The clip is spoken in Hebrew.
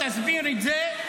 תסביר את זה,